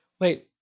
Wait